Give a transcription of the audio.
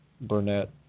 Burnett